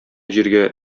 җиргә